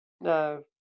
no